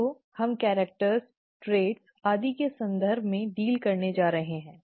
तो हम character trait आदि के संदर्भ में डील करने जा रहे हैं